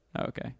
Okay